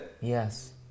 Yes